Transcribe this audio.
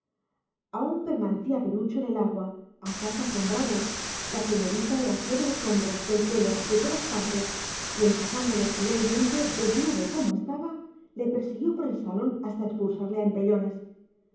aún permanecía perucho en el agua asaz asombrado la señorita le asió de los hombros del pelo de todas partes y empujándole cruelmente desnudo como estaba le persiguió por el salón hasta expulsarle a empellones